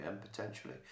potentially